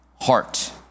heart